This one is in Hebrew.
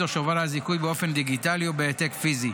או שובר זיכוי באופן דיגיטלי או בהעתק פיזי,